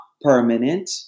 permanent